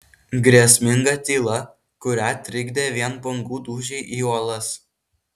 grėsminga tyla kurią trikdė vien bangų dūžiai į uolas